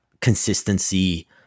consistency